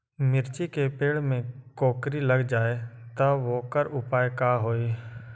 मिर्ची के पेड़ में कोकरी लग जाये त वोकर उपाय का होई?